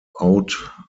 out